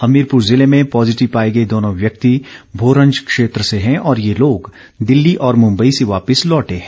हमीरपुर जिले में पाँजिटिव पाए गए दोनों व्यक्ति भोरंज क्षेत्र से हैं और ये लोग दिल्ली और मुंबई से वापिस लौटे हैं